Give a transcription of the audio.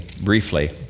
briefly